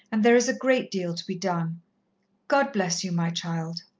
and there is a great deal to be done god bless you, my child.